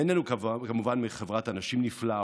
נהנינו כמובן מחברת אנשים נפלאה,